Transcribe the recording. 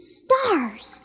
stars